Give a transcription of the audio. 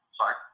Sorry